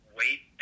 wait